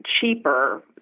cheaper